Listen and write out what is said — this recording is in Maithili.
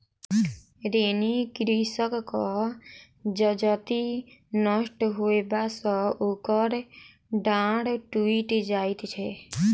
ऋणी कृषकक जजति नष्ट होयबा सॅ ओकर डाँड़ टुइट जाइत छै